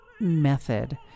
method